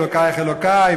אלוקייך אלוקי,